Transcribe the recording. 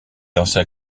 ancien